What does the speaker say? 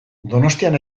donostian